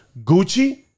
Gucci